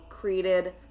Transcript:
created